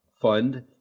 fund